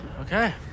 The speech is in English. Okay